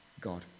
God